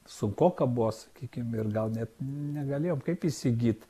sunkoka buvo sakykim ir gal net negalėjom kaip įsigyt